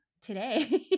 today